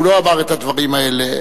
הוא לא אמר את הדברים האלה.